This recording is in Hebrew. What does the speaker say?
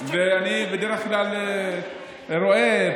אינו נוכח, חבר הכנסת מעוז, אינו נוכח, חבר הכנסת